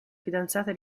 fidanzata